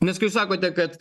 nes kaip sakote kad